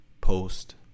post